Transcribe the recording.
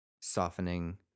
softening